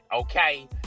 okay